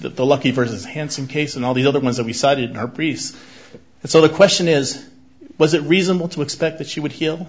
the lucky vs hanssen case and all the other ones that we cited in our priest so the question is was it reasonable to expect that she would heal